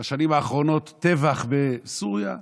בשנים האחרונות טבח בסוריה,